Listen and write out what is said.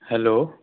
hello